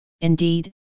Indeed